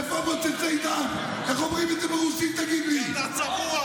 אתם נותנים יד להכללה של ציבור,